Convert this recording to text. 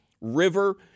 River